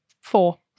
Four